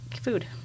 food